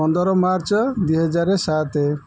ପନ୍ଦର ମାର୍ଚ୍ଚ ଦୁଇହଜାର ସାତ